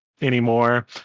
anymore